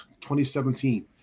2017